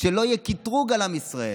שלא יהיה קטרוג על עם ישראל